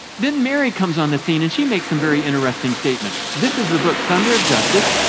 then mary comes on the scene, and she makes some very interesting statements. this is the book thunder of justice.